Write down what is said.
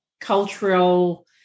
cultural